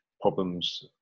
problems